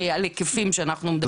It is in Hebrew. על היקפים שאנחנו מדברים.